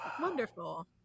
wonderful